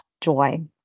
joy